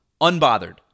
unbothered